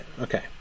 Okay